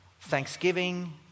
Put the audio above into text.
thanksgiving